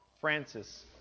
Francis